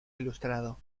ilustrado